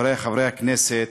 חברי חברי הכנסת,